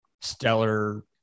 stellar